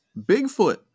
Bigfoot